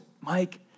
Mike